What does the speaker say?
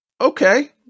Okay